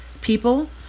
people